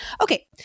Okay